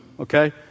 Okay